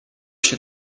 się